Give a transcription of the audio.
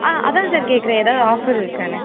அதுதான் சார் கேட்கறேன் ஏதாவது ஆஃபர் இருக்கானு